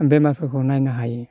बेमारफोरखौ नायनो हायो